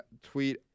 tweet